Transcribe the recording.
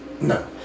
No